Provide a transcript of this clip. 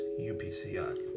UPCI